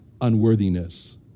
unworthiness